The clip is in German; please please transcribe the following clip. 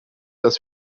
dass